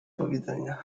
powiedzenia